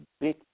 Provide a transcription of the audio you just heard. big